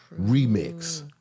remix